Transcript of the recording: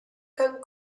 can